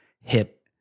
hip